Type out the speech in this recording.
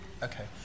Okay